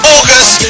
August